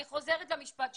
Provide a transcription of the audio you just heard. אני חוזרת למשפט שאמרתי.